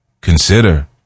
consider